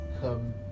come